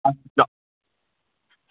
अच्छा